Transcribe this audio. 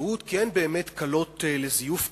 כי הן באמת קלות לזיוף כיום.